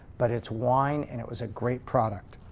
but it's wine and it was a great product.